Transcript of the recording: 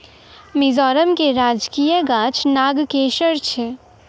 मिजोरम के राजकीय गाछ नागकेशर छै